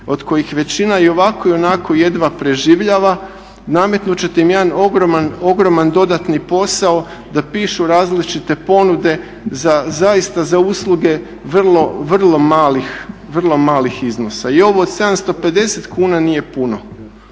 od kojih većina i ovako i onako jedva preživljava nametnut ćete im jedan ogroman dodatni posao da pišu različite ponude zaista za usluge vrlo, vrlo malih iznosa. I ovo od 750 kuna nije puno,